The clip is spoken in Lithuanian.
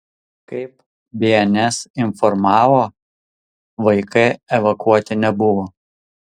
kaip bns informavo vaikai evakuoti nebuvo